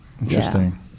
Interesting